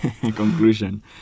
conclusion